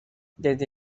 desde